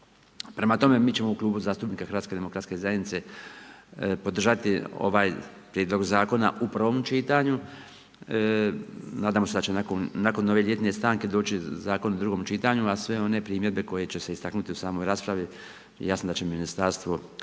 Prema tome mi ćemo u Klubu zastupnika HDZ-a podržati ovaj prijedlog zakona u prvom čitanju. Nadamo se da će nakon ove ljetne stanke doći zakon u drugom čitanju a sve one primjedbe koje će se istaknuti u samoj raspravi jasno da će ministarstvo